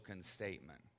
statement